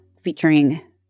featuring